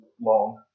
long